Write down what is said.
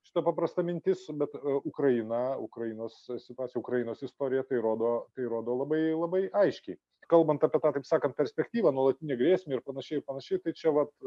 šita paprasta mintis bet ukraina ukrainos situacija ukrainos istorija tai rodo tai rodo labai labai aiškiai kalbant apie tą taip sakant perspektyvą nuolatinę grėsmę ir panašiai ir panašiai tai čia vat